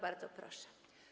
Bardzo proszę.